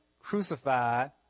crucified